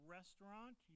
Restaurant